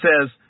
says